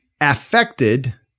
affected